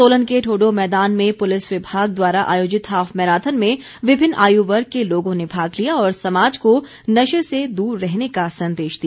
सोलन के ठोड़ो मैदान में पुलिस विभाग द्वारा आयोजित हाफ मैराथन में विभिन्न आयुवर्ग के लोगों ने भाग लिया और समाज को नशे से दूर रहने का संदेश दिया